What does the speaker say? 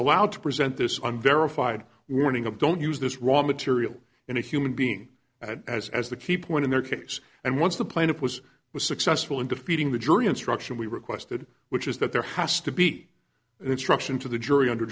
allowed to present this one verified warning of don't use this raw material in a human being as as the key point in their case and once the plaintiff was was successful in defeating the jury instruction we requested which is that there has to be an instruction to the jury under